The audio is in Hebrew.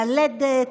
בלידה,